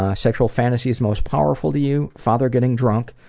ah sexual fantasies most powerful to you father getting drunk,